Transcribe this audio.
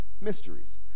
mysteries